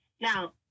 Now